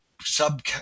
sub